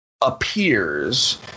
appears